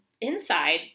inside